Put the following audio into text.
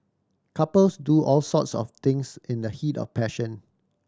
couples do all sorts of things in the heat of passion